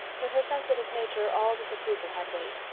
with her sensitive nature all disapproval had weight,